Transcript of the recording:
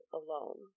alone